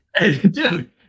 Dude